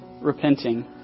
repenting